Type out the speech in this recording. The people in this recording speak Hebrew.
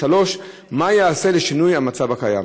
3. מה ייעשה לשינוי המצב הקיים?